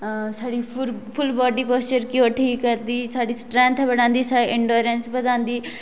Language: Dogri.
साढ़ी फुल बाॅडी पासचर गी ओह् ठीक करदी साढ़ी स्ट्रैंथ बधांदी साढ़ी